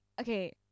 okay